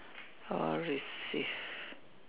or receive